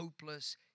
hopeless